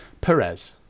Perez